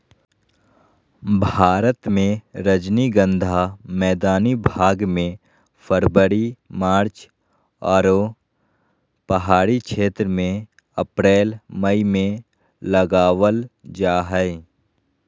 भारत मे रजनीगंधा मैदानी भाग मे फरवरी मार्च आरो पहाड़ी क्षेत्र मे अप्रैल मई मे लगावल जा हय